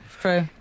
true